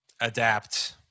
Adapt